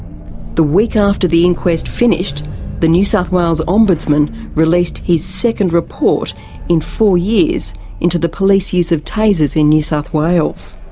the week after the inquest finished the new south wales ombudsman released his second report in four years into the police use of tasers in new south wales.